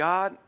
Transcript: God